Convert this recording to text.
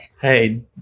Hey